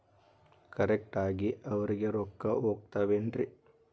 Correct ಆಗಿ ಅವರಿಗೆ ರೊಕ್ಕ ಹೋಗ್ತಾವೇನ್ರಿ?